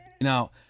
Now